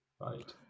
Right